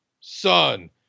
son